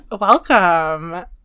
welcome